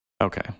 Okay